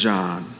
John